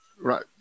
Right